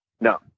no